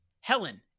Helen